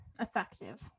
Effective